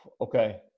Okay